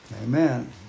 Amen